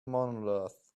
monolith